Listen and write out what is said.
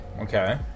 Okay